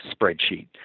spreadsheet